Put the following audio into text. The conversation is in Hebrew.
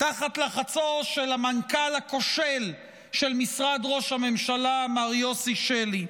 תחת לחצו של המנכ"ל הכושל של משרד ראש הממשלה מר יוסי שלי,